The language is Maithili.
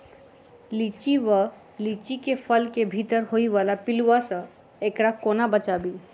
लिच्ची वा लीची केँ फल केँ भीतर होइ वला पिलुआ सऽ एकरा कोना बचाबी?